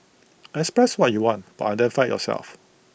express what you want but identify yourself